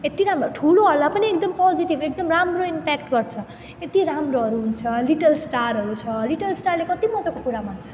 यति राम्रो ठुलोहरूलाई पनि एकदम पोजिटिभ एकदम राम्रो इम्प्याक्ट गर्छ यति राम्रोहरू हुन्छ लिटल स्टारहरू छ लिटल स्टारले कति मजाको कुरा भन्छ